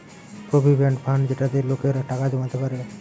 provident fund যেটাতে লোকেরা টাকা জমাতে পারে